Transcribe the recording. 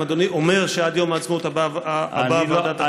אם אדוני אומר שעד יום העצמאות הבא הוועדה תקום,